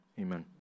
Amen